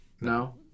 No